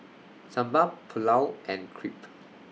Sambar Pulao and Crepe